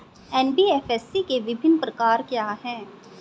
NBFC के विभिन्न प्रकार क्या हैं?